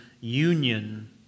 union